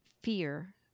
fear